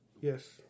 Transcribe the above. yes